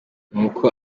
nuko